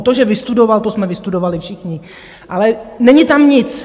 To, že vystudoval to jsme vystudovali všichni, ale není tam nic.